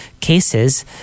cases